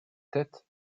tête